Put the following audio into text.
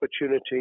opportunity